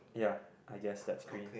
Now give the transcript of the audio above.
ya I guess that's green